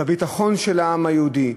בביטחון של העם היהודי.